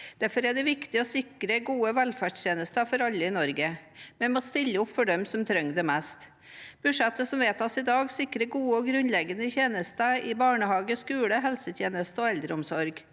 Derfor er det viktig å sikre gode velferdstjenester for alle i Norge. Vi må stille opp for dem som trenger det mest. Budsjettet som vedtas i dag, sikrer gode og grunnleggende tjenester i barnehage, skole, helsetjeneste og eldreomsorg.